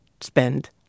spend